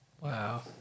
Wow